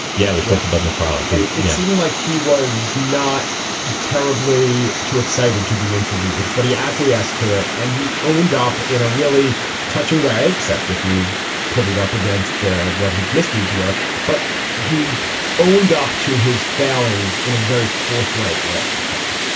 yeah, we've talked about mcfarlane it's even like he was not terribly too excited to be interviewed, but he acquiesced to it. and he owned up in a really touching way, except if you put it up against the what his misdeeds were. but he owned up to his failings in a very forthright way i thought,